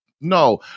no